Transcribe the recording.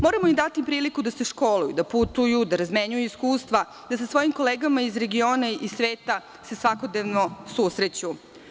Moramo im dati priliku da se školuju, da putuju, da razmenjuju iskustva, da sa svojim kolegama iz regiona i sveta se svakodnevno susreću.